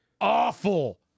Awful